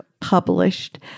published